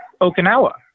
Okinawa